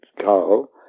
Carl